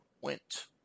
went